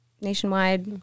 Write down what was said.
nationwide